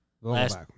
last